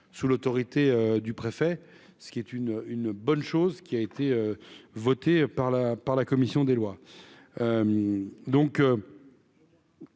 sous l'autorité du préfet, ce qui est une une bonne chose qui a été votée par la par la commission des lois, donc.